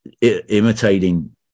imitating